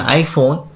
iPhone